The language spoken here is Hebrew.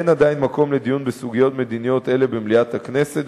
אין עדיין מקום לדיון בסוגיות מדיניות אלה במליאת הכנסת,